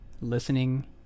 listening